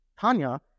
Tanya